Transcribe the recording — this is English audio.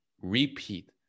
repeat